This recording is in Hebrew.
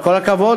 כל הכבוד